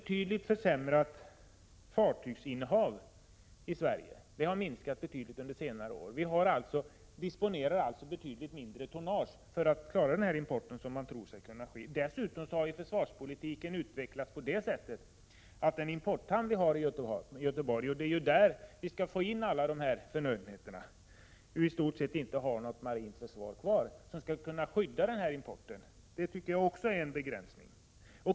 Fartygsinnehavet i Sverige har minskat betydligt under senare år. Vi disponerar nu betydligt mindre tonnage för att klara den import som man tror skall kunna ske. Dessutom har försvarspolitiken utvecklats på det sättet att den importhamn vi har i Göteborg i stort sett inte har något marint försvar kvar som skall kunna skydda denna import. Det är ju till Göteborg vi skall få in alla dessa förnödenheter. Detta tycker jag också är en begränsning.